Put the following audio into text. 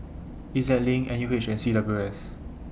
E Z LINK N U H and C W S